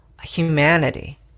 humanity